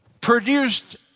produced